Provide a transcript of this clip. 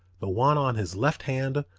the one on his left hand,